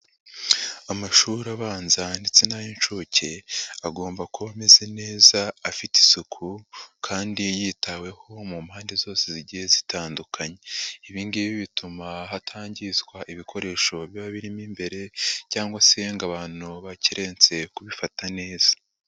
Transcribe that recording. Amashuri abanza ndetse n'ay'inshuke agomba kuba ameze neza, afite isuku kandi yitaweho mu mpande zose zigiye zitandukanye. Ibi ngibi bituma hatangizwa ibikoresho biba birimo imbere, cyangwa se ngo abantu bakerense kubifata neza.